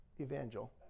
evangel